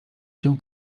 cię